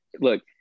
look